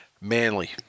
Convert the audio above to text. Manly